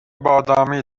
بادامی